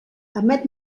emet